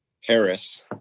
Harris